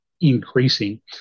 increasing